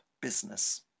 business